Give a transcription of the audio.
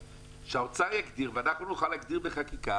שהאוצר יגדיר ואנחנו נוכל להגדיר בחקיקה,